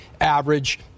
average